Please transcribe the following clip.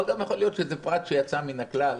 אבל גם יכול להיות שזה פרט שיצא מן הכלל